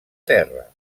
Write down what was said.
terra